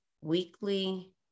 weekly